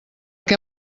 què